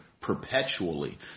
perpetually